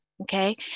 Okay